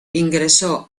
ingresó